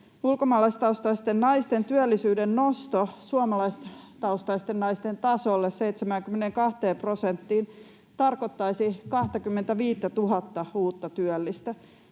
Ulkomaalaistaustaisten naisten työllisyyden nosto suomalaistaustaisten naisten tasolle 72 prosenttiin tarkoittaisi 25 000 uutta työllistä.